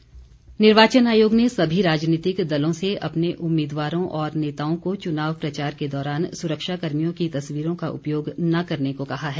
आयोग निवार्चन आयोग ने सभी राजनीतिक दलों से अपने उम्मीदवारों और नेताओं को चुनाव प्रचार के दौरान सुरक्षाकर्मियों की तस्वीरों का उपयोग न करने को कहा है